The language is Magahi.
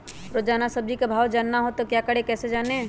रोजाना सब्जी का भाव जानना हो तो क्या करें कैसे जाने?